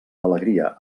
alegria